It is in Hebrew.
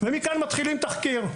ומכאן מתחילים תחקיר.